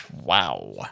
Wow